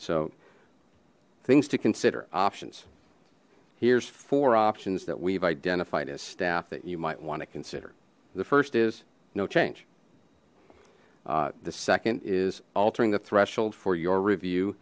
so things to consider options here's four options that we've identified as staff that you might want to consider the first is no change the second is altering the threshold for your